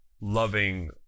loving